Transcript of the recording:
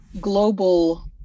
global